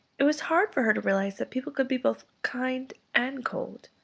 it was hard for her to realise that people could be both kind and cold.